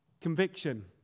Conviction